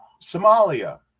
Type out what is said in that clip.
Somalia